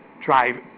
drive